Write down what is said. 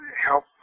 help